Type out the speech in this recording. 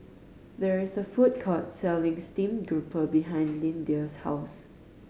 there is a food court selling steamed grouper behind Lyndia's house